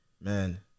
man